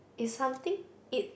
it's something it